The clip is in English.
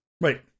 Right